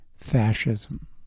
fascism